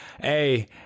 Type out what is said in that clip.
Hey